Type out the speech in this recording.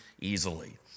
easily